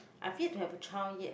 I've yet to have a child yet